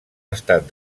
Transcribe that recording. estat